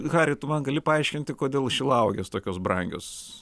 hari tu man gali paaiškinti kodėl šilauogės tokios brangios